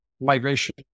migration